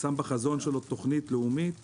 שם בחזון שלו תוכנית לאומית